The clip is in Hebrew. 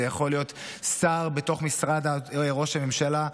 זה יכול להיות שר בתוך משרד ראש הממשלה.